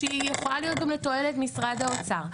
שהיא יכולה להיות גם לתועלת משרד האוצר.